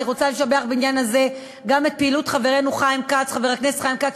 אני רוצה לשבח בעניין הזה גם את פעילות חברנו חבר הכנסת חיים כץ,